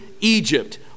Egypt